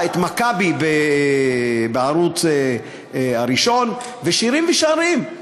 "מכבי" בערוץ הראשון, ו"שירים ושערים",